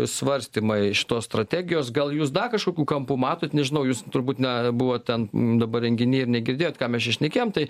svarstymai šitos strategijos gal jūs da kažkokiu kampu matot nežinau jūs turbūt na buvo ten dabar renginy ir negirdėjot ką mes šnekėjom tai